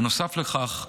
בנוסף לכך,